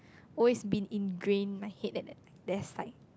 always been ingrain my head that there's like